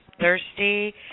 thirsty